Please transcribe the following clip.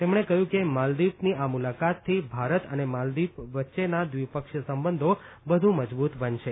તેમણે કહ્યું કે માલદીવની આ મુલાકાતથી ભારત અને માલદીવ વચ્ચેના દ્વિપક્ષીય સંબંધો વધુ મજબૂત બનશે